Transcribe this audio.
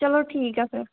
ਚਲੋ ਠੀਕ ਆ ਫਿਰ